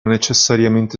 necessariamente